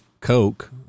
coke